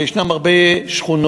וישנן הרבה שכונות,